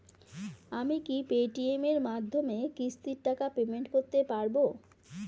আমি কি Paytm এর মাধ্যমে কিস্তির টাকা পেমেন্ট করতে পারব?